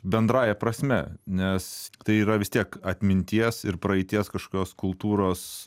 bendrąja prasme nes tai yra vis tiek atminties ir praeities kažkokios kultūros